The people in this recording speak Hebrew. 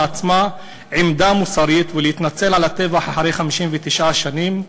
עצמה עמדה מוסרית ולהתנצל על הטבח אחרי 59 שנה,